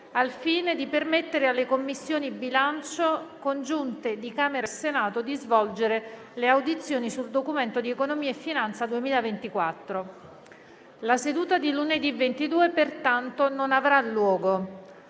al fine di permettere alle Commissioni bilancio congiunte di Camera e Senato di svolgere le audizioni sul Documento di economia e finanza 2024. La seduta di lunedì 22, pertanto, non avrà luogo.